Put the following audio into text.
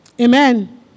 Amen